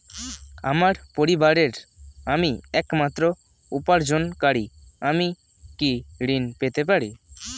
আমার পরিবারের আমি একমাত্র উপার্জনকারী আমি কি ঋণ পেতে পারি?